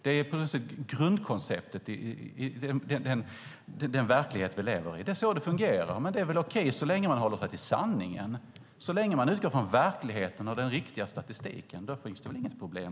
Det är grundkonceptet i den verklighet vi lever i. Det är så det fungerar, och det är väl okej så länge vi håller oss till sanningen, så länge vi utgår från verkligheten och den riktiga statistiken. Då finns inget problem.